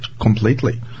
completely